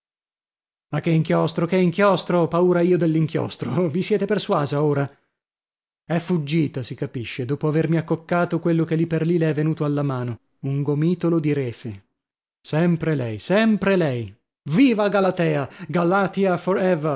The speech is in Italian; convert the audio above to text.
ma che inchiostro che inchiostro paura io dell'inchiostro vi siete persuasa ora è fuggita si capisce dopo avermi accoccato quello che lì per lì le è venuto alla mano un gomitolo di refe sempre lei sempre lei viva galatea galathea